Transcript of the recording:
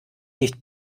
nicht